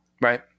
Right